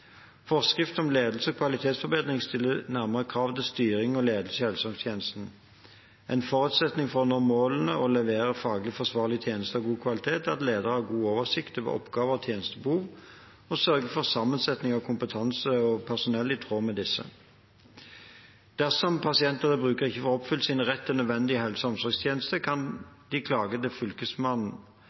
Forskrift om ledelse og kvalitetsforbedring stiller nærmere krav til styring og ledelse i helse- og omsorgstjenesten. En forutsetning for å nå målene og levere faglig forsvarlige tjenester av god kvalitet er at ledelsen har god oversikt over oppgaver og tjenestebehov og sørger for at sammensetning av kompetanse hos personellet er i tråd med disse. Dersom pasienter eller brukere ikke får oppfylt sin rett til nødvendige helse- og omsorgstjenester, kan de klage til Fylkesmannen.